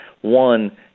one